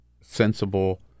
sensible